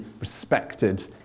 respected